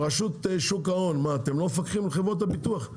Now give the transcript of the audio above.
רשות שוק ההון, אתם לא מפקחים על חברות הביטוח?